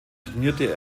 trainierte